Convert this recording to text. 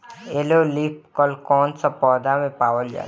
Yellow leaf curl कौन सा पौधा में पावल जाला?